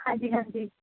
ਹਾਂਜੀ ਹਾਂਜੀ